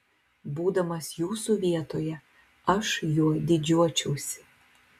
būdamas jūsų vietoje aš juo didžiuočiausi